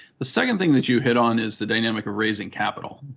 the second thing that you hit on is the dynamic of raising capital.